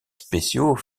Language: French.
spéciaux